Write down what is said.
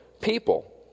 people